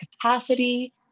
capacity